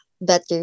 better